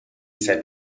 said